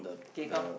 K come